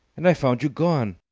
and i found you gone!